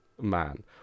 man